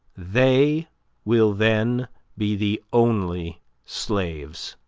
they will then be the only slaves.